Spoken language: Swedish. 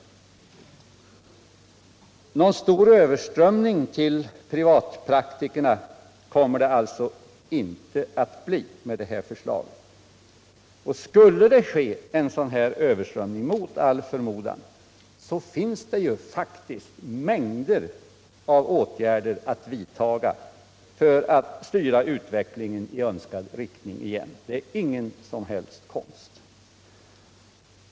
Någon stor överströmning till privatpraktikerna kommer det alltså inte att bli med det här förslaget. Skulle detta mot all förmodan ske finns det faktiskt mängder av åtgärder att vidta för att styra utvecklingen i önskad riktning igen — det är ingen som helst konst.